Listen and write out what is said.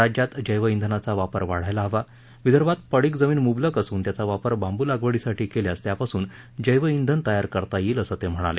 राज्यात जैव िनाचा वापर वाढायला हवा विदर्भात पडीक जमीन मुबलक असून त्याचा वापर बांबू लागवडीसाठी केल्यास त्यापासून जैव धिन तयार करता येईल असं ते म्हणाले